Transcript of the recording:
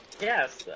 Yes